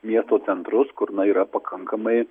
miesto centrus kur na yra pakankamai